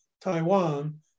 Taiwan